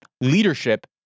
leadership